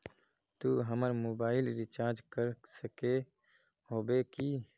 तू हमर mobile recharge कर सके होबे की?